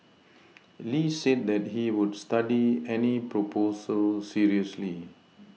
Lee said that he would study any proposal seriously